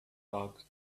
dog